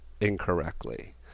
incorrectly